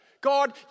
God